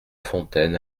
fontaine